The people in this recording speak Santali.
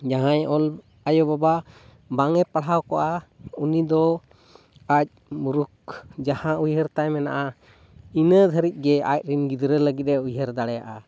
ᱡᱟᱦᱟᱸᱭ ᱟᱭᱚᱼᱵᱟᱵᱟ ᱵᱟᱝ ᱮ ᱯᱟᱲᱦᱟᱣ ᱠᱚᱜᱼᱟ ᱩᱱᱤ ᱫᱚ ᱟᱡ ᱢᱩᱨᱩᱠᱷ ᱡᱟᱦᱟᱸ ᱩᱭᱦᱟᱹᱨ ᱛᱟᱭ ᱢᱮᱱᱟᱜᱼᱟ ᱤᱱᱟᱹ ᱫᱷᱟᱹᱨᱤᱡ ᱜᱮ ᱟᱡ ᱨᱮᱱ ᱜᱤᱫᱽᱨᱟᱹ ᱞᱟᱹᱜᱤᱫ ᱮ ᱩᱭᱦᱟᱹᱨ ᱫᱟᱲᱮᱭᱟᱜᱼᱟ